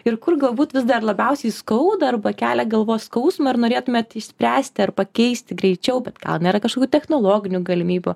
ir kur galbūt vis dar labiausiai skauda arba kelia galvos skausmą ar norėtumėt išspręsti ar pakeisti greičiau bet gal nėra kažkokių technologinių galimybių